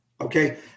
Okay